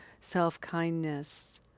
self-kindness